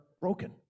broken